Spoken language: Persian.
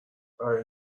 برا